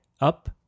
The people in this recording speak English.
up